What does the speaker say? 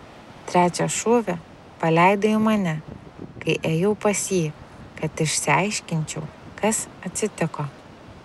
trečią šūvį paleido į mane kai ėjau pas jį kad išsiaiškinčiau kas atsitiko